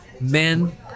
men